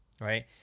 Right